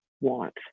want